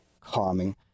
calming